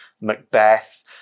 Macbeth